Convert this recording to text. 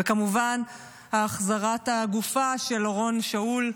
וכמובן החזרת הגופה של אורון שאול,